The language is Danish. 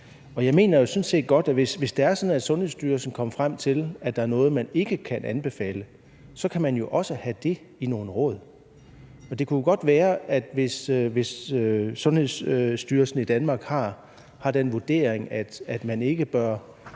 og jeg mener sådan set godt, at hvis det er sådan, at Sundhedsstyrelsen kommer frem til, at der er noget, man ikke kan anbefale, kan man jo også have dét i nogle råd. Og det kunne jo godt være, at man, hvis Sundhedsstyrelsen i Danmark har den vurdering, at man ikke bør